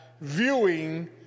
viewing